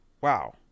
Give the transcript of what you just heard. Wow